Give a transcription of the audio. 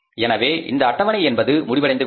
எனவே இந்த அட்டவணை என்பது முடிவடைந்துவிட்டது